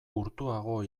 urtuago